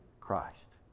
Christ